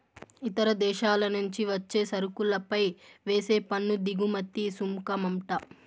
ఇతర దేశాల నుంచి వచ్చే సరుకులపై వేసే పన్ను దిగుమతి సుంకమంట